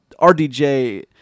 rdj